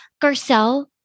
Garcelle